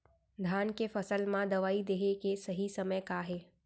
धान के फसल मा दवई देहे के सही समय का हे?